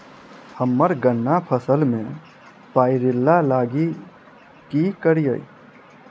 हम्मर गन्ना फसल मे पायरिल्ला लागि की करियै?